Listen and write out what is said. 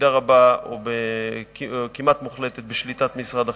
במידה רבה או כמעט מוחלטת בשליטת משרד החינוך.